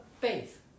faith